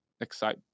excite